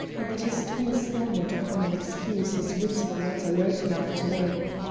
and that his tongue stammered upon an excuse his wits were not alert enough to make.